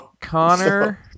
Connor